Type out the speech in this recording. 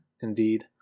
Indeed